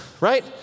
right